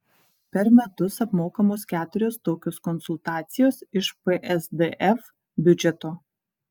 per metus apmokamos keturios tokios konsultacijos iš psdf biudžeto